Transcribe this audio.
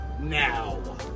now